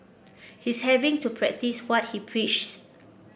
he's having to practice what he preaches